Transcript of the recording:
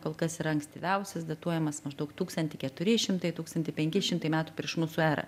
kol kas yra ankstyviausias datuojamas maždaug tūkstantį keturi šimtai tūkstantį penki šimtai metų prieš mūsų erą